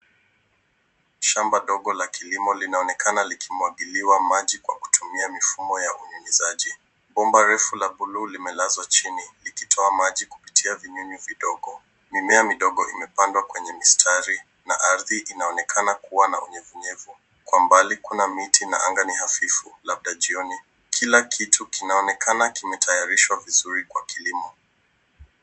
Shamba dogo la kilimo linaonekana likimwagiliwa maji kwa kutumia mifumo ya unyunyizaji. Bomba refu la buluu limelazwa chini likitoa maji kupitia vinyunyu vidogo. Mimea midogo imepandwa kwenye mistari na ardhi inaonekana kuwa na unyevunyevu. Kwa mbali kuna miti na anga ni hafifu labda jioni. Kila kitu kinaonekana kimetayarishwa vizuri kwa kilimo.